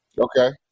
Okay